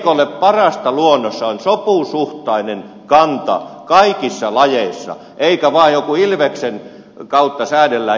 eikö parasta luonnossa ole sopusuhtainen kanta kaikissa lajeissa eikä se että vaan jonkun ilveksen kautta säädellään jäniskantaa